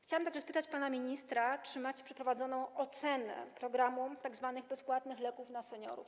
Chciałam także spytać pana ministra, czy macie przeprowadzoną ocenę programu tzw. bezpłatnych leków dla seniorów.